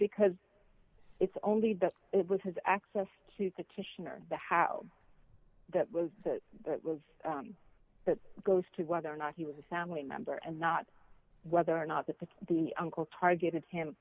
because it's only that it was his access to petition or the how that was that that was that goes to whether or not he was a family member and not whether or not that the the uncle targeted him